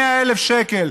100,000 שקל.